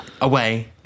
away